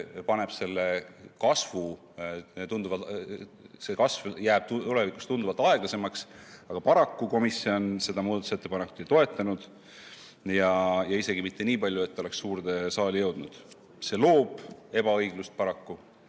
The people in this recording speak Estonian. see kasv jääb tulevikus tunduvalt aeglasemaks, aga paraku komisjon seda muudatusettepanekut ei toetanud – isegi mitte nii palju, et see oleks suurde saali jõudnud. See loob paraku